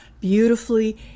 beautifully